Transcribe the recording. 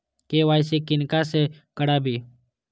KYC किनका से कराबी?